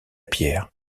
pierre